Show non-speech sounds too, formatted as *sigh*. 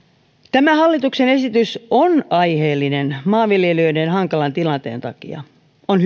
tämä hallituksen esitys on aiheellinen maanviljelijöiden hankalan tilanteen takia on *unintelligible*